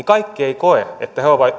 kaikki eivät koe että he ovat